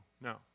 No